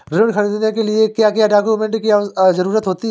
ऋण ख़रीदने के लिए क्या क्या डॉक्यूमेंट की ज़रुरत होती है?